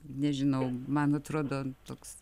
nežinau man atrodo toks